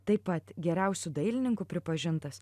taip pat geriausiu dailininku pripažintas